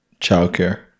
childcare